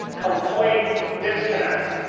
complete disconnect.